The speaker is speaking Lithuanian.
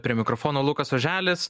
prie mikrofono lukas oželis